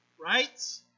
right